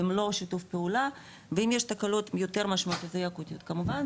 במלא שיתוף הפעולה ואם יש תקלות יותר משמעותיות ואקוטיות כמובן,